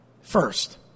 first